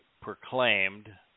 proclaimed